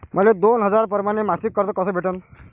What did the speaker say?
मले दोन हजार परमाने मासिक कर्ज कस भेटन?